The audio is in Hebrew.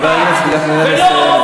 חבר הכנסת גפני,